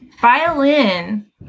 Violin